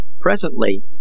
Presently